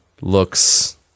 Looks